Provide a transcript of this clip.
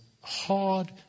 hard